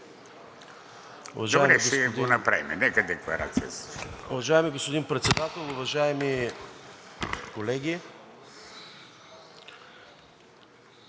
Добре, ще го направим, нека декларацията.